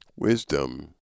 Wisdom